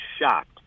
shocked